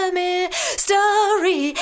mystery